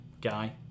guy